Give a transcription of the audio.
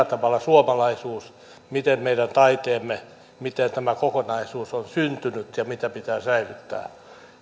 tavalla suomalaisuus miten meidän taiteemme miten tämä kokonaisuus on syntynyt ja mitä pitää säilyttää